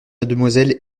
mademoiselle